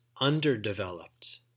underdeveloped